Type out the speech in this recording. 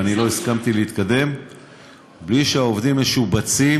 ואני לא הסכמתי להתקדם בלי שהעובדים משובצים